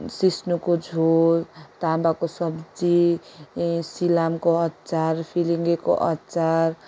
सिस्नुको झोल तामाको सब्जी सिलामको अचार फिलिङ्गेको अचार